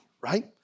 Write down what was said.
right